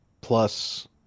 plus